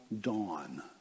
dawn